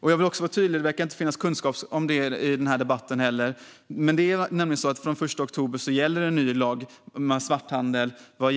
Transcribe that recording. Jag vill vara tydlig med en sak som det inte verkar finnas kunskap om i denna debatt. Det är nämligen så att från den 1 oktober gäller en ny lag om svarthandel, och